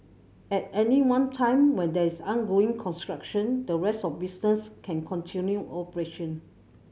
at any one time when a is undergoing construction the rest of the business can continue operation